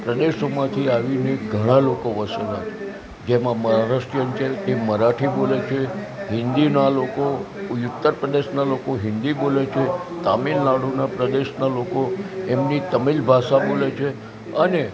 પ્રદેશોમાંથી આવીને ઘણા લોકો વસેલા છે જેમાં મહારાષ્ટ્રીયન છે તે મરાઠી બોલે છે હિન્દીમાં લોકો ઉત્તર પ્રદેશના લોકો હિન્દી બોલે છે તામિલનાડુના પ્રદેશના લોકો એમની તમિલ ભાષા બોલે છે અને